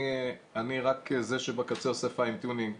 אני רק זה שבקצה עושה פיין-טיונינג.